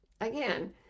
again